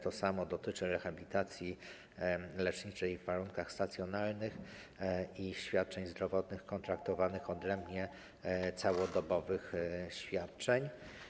To samo dotyczy rehabilitacji leczniczej w warunkach stacjonarnych i świadczeń zdrowotnych, kontraktowanych odrębnie całodobowych świadczeń.